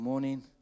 morning